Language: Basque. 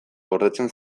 gordetzen